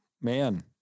man